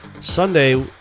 Sunday